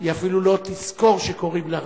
היא אפילו לא תזכור שקוראים לה רביד.